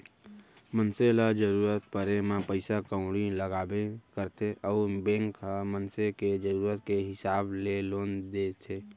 मनसे ल जरूरत परे म पइसा कउड़ी लागबे करथे अउ बेंक ह मनसे के जरूरत के हिसाब ले लोन देथे